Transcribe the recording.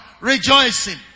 Rejoicing